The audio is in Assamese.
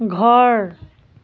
ঘৰ